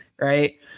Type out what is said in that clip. right